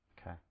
Okay